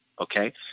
Okay